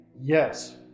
yes